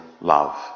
love